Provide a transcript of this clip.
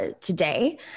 today